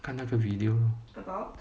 看那个 video lor